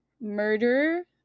murder